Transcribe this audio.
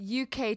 UK